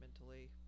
mentally